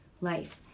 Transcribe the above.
life